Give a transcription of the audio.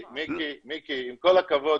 עם כל הכבוד,